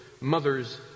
mother's